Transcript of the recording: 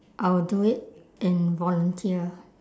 I will do it in volunteer